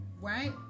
Right